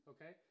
Okay